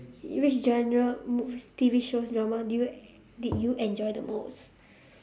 which genre movies T_V shows drama do you did you enjoy the most